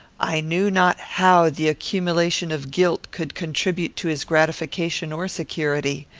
i knew not how the accumulation of guilt could contribute to his gratification or security.